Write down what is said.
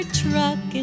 truck